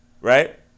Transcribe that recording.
right